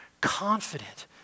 confident